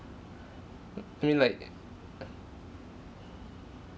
mm you mean like uh